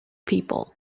people